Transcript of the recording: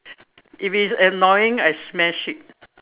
if it's annoying I smash it